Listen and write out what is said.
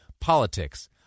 politics